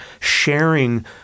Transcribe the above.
Sharing